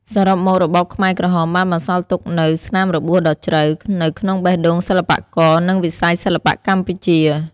សរុបមក របបខ្មែរក្រហមបានបន្សល់ទុកនូវ ស្នាមរបួសដ៏ជ្រៅ នៅក្នុងបេះដូងសិល្បករ និងវិស័យសិល្បៈកម្ពុជា។